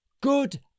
Good